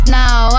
now